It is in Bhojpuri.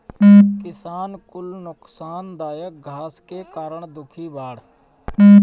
किसान कुल नोकसानदायक घास के कारण दुखी बाड़